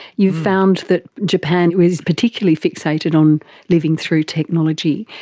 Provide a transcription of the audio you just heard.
you found that japan is particularly fixated on living through technology.